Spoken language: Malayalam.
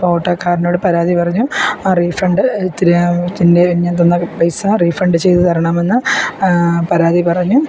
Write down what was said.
അപ്പോൾ ഓട്ടോക്കാരനോട് പരാതി പറഞ്ഞു ആ റീഫണ്ട് തരാൻ എൻ്റെ ഞാൻ തന്ന പൈസ റീഫണ്ട് ചെയ്ത് തരണമെന്ന് പരാതി പറഞ്ഞു